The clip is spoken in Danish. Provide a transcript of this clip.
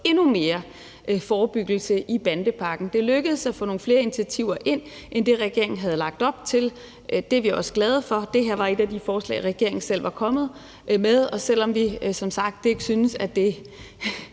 endnu mere forebyggelse i bandepakken. Det lykkedes at få nogle flere initiativer ind end det, regeringen havde lagt op til. Det er vi også glade for. Det her var et af de forslag, regeringen selv var kommet med, og selv om vi som sagt ikke synes, at det